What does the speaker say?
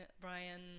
Brian